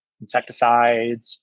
insecticides